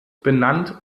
benannt